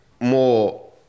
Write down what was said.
more